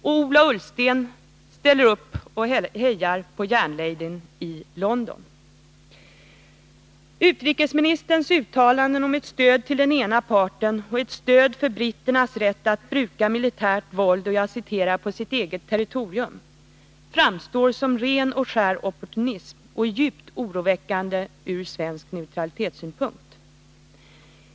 Och Ola Ullsten ställer upp och hejar på järnladyn i London. Utrikesministerns uttalande om ett stöd till den ena parten och ett stöd för britternas rätt att bruka militärt våld på ”sitt eget territorium” framstår som ren och skär opportunism och är djupt oroväckande från svensk neutralitetssynpunkt.